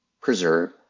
Preserve